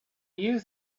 you